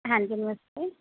ਹਾਂਜੀ ਨਮਸਤੇ